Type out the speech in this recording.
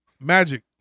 Magic